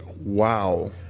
wow